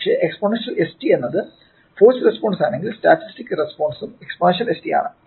പക്ഷേ exponential st എന്നത് force response ആണെങ്കിൽ സ്റ്റാറ്റിസ്റ്റിക് റെസ്പോൺസും എക്സ്പോണൻഷ്യൽ st ആണ്